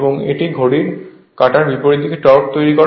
এবং এটি ঘড়ির কাঁটার বিপরীতে টর্ক তৈরী করে